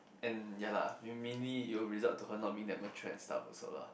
and ya lah main mainly your result to her not mean that mature and stuff also lah